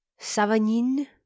Savagnin